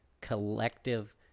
collective